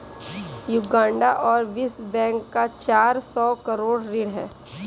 Uganda पर विश्व bank का चार सौ करोड़ ऋण है